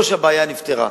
לא שהבעיה נפתרה,